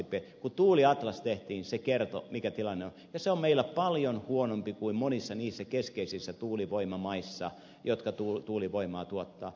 kun tuuliatlas tehtiin se kertoi mikä tilanne on ja se on meillä paljon huonompi kuin monissa niissä keskeisissä tuulivoimamaissa jotka tuulivoimaa tuottavat